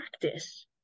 practice